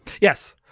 Yes